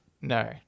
No